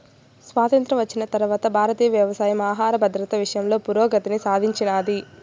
స్వాతంత్ర్యం వచ్చిన తరవాత భారతీయ వ్యవసాయం ఆహర భద్రత విషయంలో పురోగతిని సాధించినాది